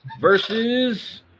versus